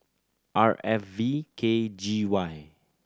R F V K G Y